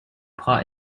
part